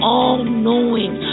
all-knowing